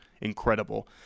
incredible